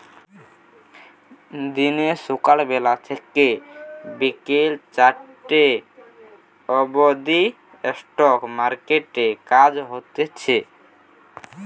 দিনে সকাল বেলা থেকে বিকেল চারটে অবদি স্টক মার্কেটে কাজ হতিছে